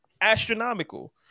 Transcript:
astronomical